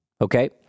Okay